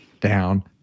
down